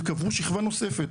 וקברו שכבה נוספת.